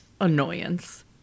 annoyance